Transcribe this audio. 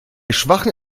schwachem